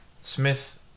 Smith